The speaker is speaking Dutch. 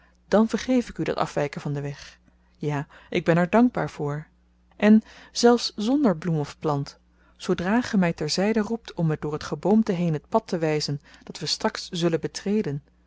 dan vergeef ik u dat afwyken van den weg ja ik ben er dankbaar voor en zelfs zonder bloem of plant zoodra ge my ter zyde roept om me door t geboomte heen het pad te wyzen dat we straks zullen betreden